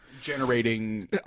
generating